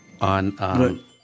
on